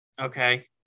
Okay